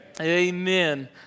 Amen